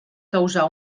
causar